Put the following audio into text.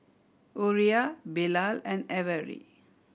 Uriah Bilal and Avery